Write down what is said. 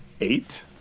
Eight